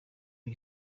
ubu